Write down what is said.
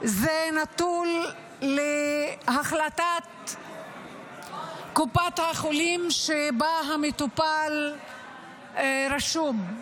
הדבר נתון להחלטת קופת החולים שבה המטופל רשום.